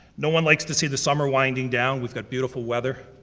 no one likes to see the summer winding down. we've got beautiful weather.